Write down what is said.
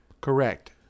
Correct